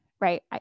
right